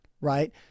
right